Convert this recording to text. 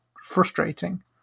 frustrating